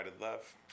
love